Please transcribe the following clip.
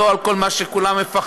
לא על כל מה שכולם מפחדים.